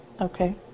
Okay